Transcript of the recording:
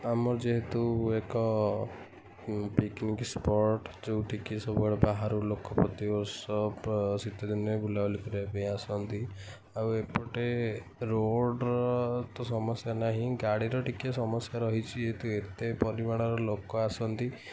ଆମର ଯେହେତୁ ଏକ ପିକ୍ନିକ୍ ସ୍ପଟ୍ ଯେଉଁଠିକି ସବୁବେଳେ ବାହାରୁ ଲୋକ ପ୍ରତିବର୍ଷ ଶୀତ ଦିନେ ବୁଲାବୁଲି କରିବା ପାଇଁ ଆସନ୍ତି ଆଉ ଏପଟେ ରୋଡ଼ର ତ ସମସ୍ୟା ନାହିଁ ଗାଡ଼ିର ଟିକେ ସମସ୍ୟା ରହିଛି ଯେହେତୁ ଏତେ ପରିମାଣର ଲୋକ ଆସନ୍ତି